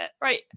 right